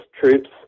troops